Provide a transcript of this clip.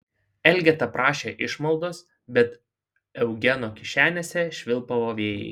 elgeta prašė išmaldos bet eugeno kišenėse švilpavo vėjai